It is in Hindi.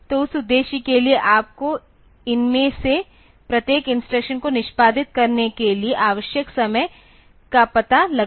तो उस उद्देश्य के लिए आपको इनमें से प्रत्येक इंस्ट्रक्शन को निष्पादित करने के लिए आवश्यक समय का पता लगाना होगा